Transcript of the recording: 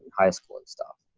high school and stuff.